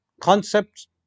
concepts